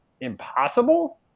impossible